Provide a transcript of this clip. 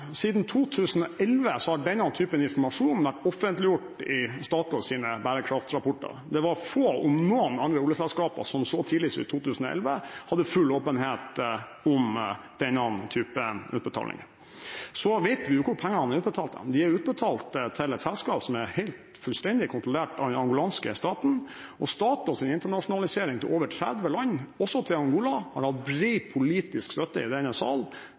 Siden 2011 har denne typen informasjon vært offentliggjort i Statoils bærekraftsrapporter. Det var få, om noen andre oljeselskaper som så tidlig som i 2011 hadde full åpenhet om denne typen utbetalinger. Så vet vi jo hvor pengene er utbetalt hen. De er utbetalt til et selskap som er helt og fullstendig kontrollert av den angolanske staten, og Statoils internasjonalisering til over 30 land, også til Angola, har hatt bred politisk støtte i denne sal